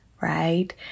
right